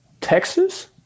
Texas